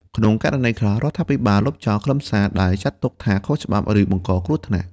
ក្នុងករណីខ្លះ រដ្ឋាភិបាលលុបចោលខ្លឹមសារដែលចាត់ទុកថាខុសច្បាប់ ឬបង្កគ្រោះថ្នាក់។